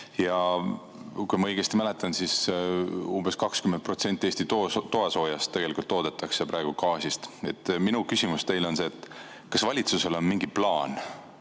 Kui ma õigesti mäletan, siis umbes 20% Eesti toasoojast toodetakse praegu gaasist. Minu küsimus teile on see: kas valitsusel on mingi plaan